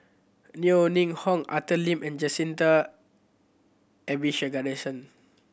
Yeo Ning Hong Arthur Lim and Jacintha Abisheganaden